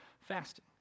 fasting